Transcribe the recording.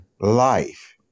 life